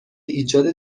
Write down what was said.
ایجاد